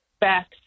back